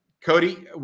Cody